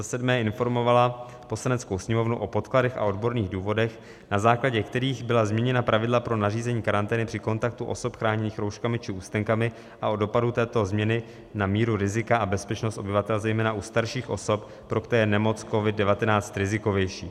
7. informovala Poslaneckou sněmovnu o podkladech a odborných důvodech, na základě kterých byla změněna pravidla pro nařízení karantény při kontaktu osob chráněných rouškami či ústenkami, a o dopadu této změny na míru rizika a bezpečnost obyvatel, zejména u starších osob, pro které je nemoc COVID19 rizikovější;